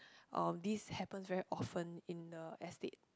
um this happens very often in the estate